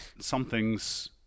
something's